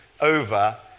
over